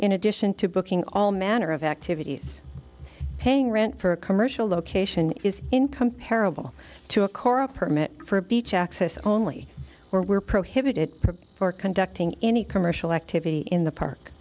in addition to booking all manner of activities paying rent for a commercial location is in comparable to a kora permit for beach access only were prohibited for conducting any commercial activity in the park